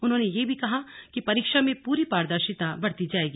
उन्होंने यह भी कहा कि परीक्षा में पूरी पारदर्शिता बरती जाएगी